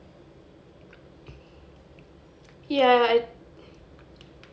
ya I